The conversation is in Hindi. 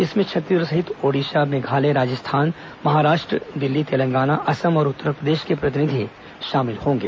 इसमें छत्तीसगढ़ सहित ओड़िशा मेघालय राजस्थान महाराष्ट्र दिल्ली तेलंगाना असम और उत्तर प्रदेश के प्रतिनिधि शामिल होंगे